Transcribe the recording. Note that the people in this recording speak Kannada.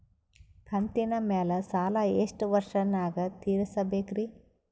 ಕಂತಿನ ಮ್ಯಾಲ ಸಾಲಾ ಎಷ್ಟ ವರ್ಷ ನ್ಯಾಗ ತೀರಸ ಬೇಕ್ರಿ?